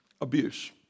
abuse